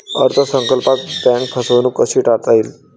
अर्थ संकल्पात बँक फसवणूक कशी टाळता येईल?